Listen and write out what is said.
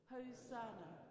Hosanna